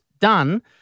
done